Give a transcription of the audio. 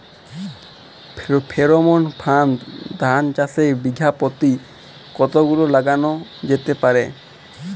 Pheromone ফাঁদ ধান চাষে বিঘা পতি কতগুলো লাগানো যেতে পারে?